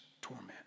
torment